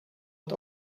het